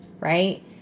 right